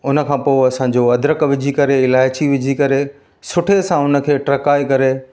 उनखां पोइ असांजो अदरक विझी करे इलायची विझी करे सुठे सां उनखे टकाए करे